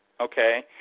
okay